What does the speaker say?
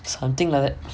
something like that